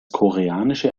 koreanische